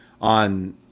on